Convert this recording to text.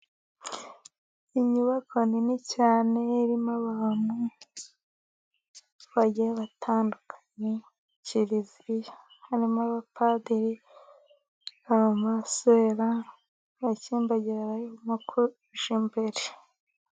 Inyubako nini cyane, irimo abantu bagiye batandukanye, Kiliziya. Harimo abapadiri, abamasera, bakimbagira bakimbagira bari nko kujya mbere.